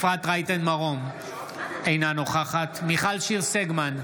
אפרת רייטן מרום, אינה נוכחת מיכל שיר סגמן,